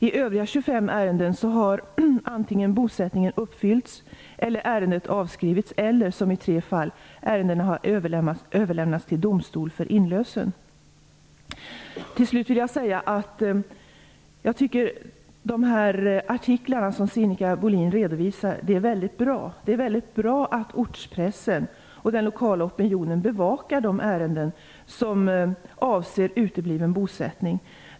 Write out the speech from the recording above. I övriga 25 ärenden har antingen bosättningen uppfyllts, ärendet avskrivits eller, som i tre fall, överlämnats till domstol för inlösen. Jag vill slutligen säga att jag tycker att de artiklar som Sinikka Bohlin redovisar är väldigt bra. Det är bra att ortspressen och den lokala opinionen bevakar de ärenden som avser utebliven bosättning.